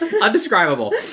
Undescribable